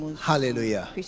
hallelujah